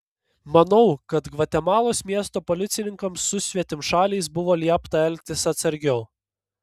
manau kad gvatemalos miesto policininkams su svetimšaliais buvo liepta elgtis atsargiau